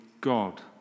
God